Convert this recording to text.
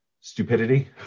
Stupidity